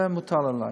זה מוטל עלי.